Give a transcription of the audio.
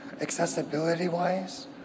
accessibility-wise